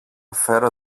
φέρω